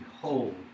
behold